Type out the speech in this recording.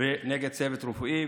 נגד צוות רפואי.